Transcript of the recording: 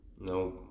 No